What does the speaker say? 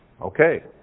Okay